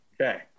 Okay